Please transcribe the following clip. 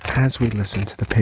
as we listen to the